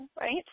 right